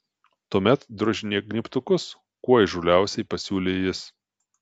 tuomet drožinėk gnybtukus kuo įžūliausiai pasiūlė jis